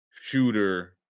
shooter